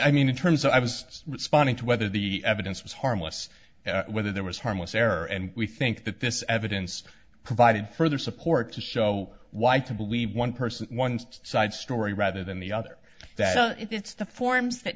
i mean in terms of i was responding to whether the evidence was harmless whether there was harmless error and we think that this evidence provided further support to show why to believe one person one side story rather than the other that it's the forms that